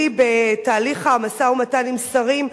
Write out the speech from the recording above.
אני בתהליך משא-ומתן עם שרים,